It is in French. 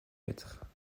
être